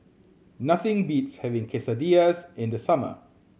nothing beats having Quesadillas in the summer